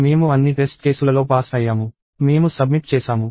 మేము అన్ని టెస్ట్ కేసులలో పాస్ అయ్యాము మేము సబ్మిట్ చేసాము